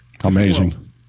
Amazing